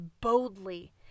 boldly